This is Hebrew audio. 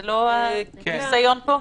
זה לא הניסיון פה?